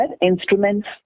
Instruments